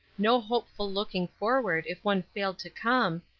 no hopeful looking forward if one failed to come,